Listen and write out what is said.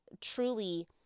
truly